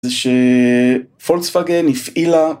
זה שפולקסוואגן הפעילה.